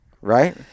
Right